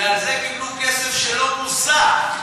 ועל זה קיבלו כסף שלא מוסה.